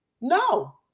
No